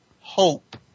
hope